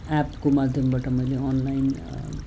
एपको माध्यमबाट मैले अनलाइन